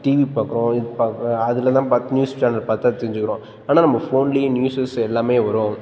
TV பார்க்குறோம் இது பாக் அதில் தான் பார்த்து நியூஸ் சேனல் பார்த்து தான் தெரிஞ்சுக்கிறோம் ஆனால் நம்ம ஃபோன்லேயே நியூஸஸ் எல்லாமே வரும்